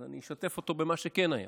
אני אשתף אותו במה שכן היה.